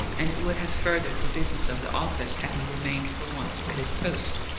and it would have furthered the business of the office had he remained for once at his post.